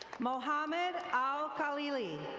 mohammad ah el-khalilee.